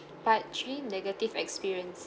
part three negative experience